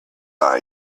our